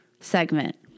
segment